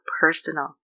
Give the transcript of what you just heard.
personal